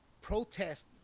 protest